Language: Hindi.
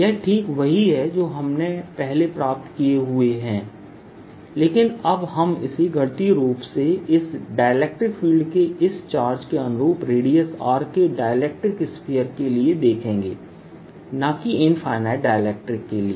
यह ठीक वही है जो हमने पहले प्राप्त किए हुए हैं लेकिन अब हम इसे गणितीय रूप से इस डाइलेक्ट्रिक्स फील्ड के इस चार्ज के अनुरूप रेडियस R के डाइलेक्ट्रिक्स स्फीयर के लिए देखेंगे न कि इंफिनिटी डाइलेक्ट्रिक के लिए